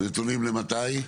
נתונים ממתי?